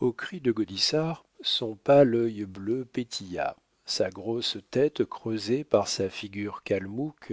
au cri de gaudissart son pâle œil bleu pétilla sa grosse tête creusée par sa figure kalmouque